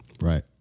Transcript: Right